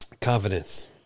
Confidence